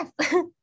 Yes